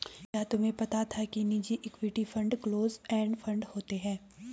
क्या तुम्हें पता था कि निजी equity fund close end fund होते हैं?